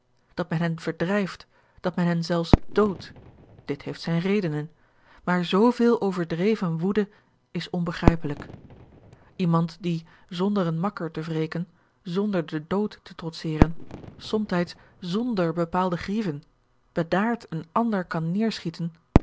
dat men hen verdrijft dat men hen zelfs doodt dit heeft zijne redenen maar zooveel overdreven woede is onbegrijpelijk iemand die zonder een makker te wreken zonder den dood te trotseren somtijds zonder bepaalde grieven bedaard een ander kan